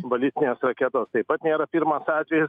balistinės raketos taip pat nėra pirmas atvejis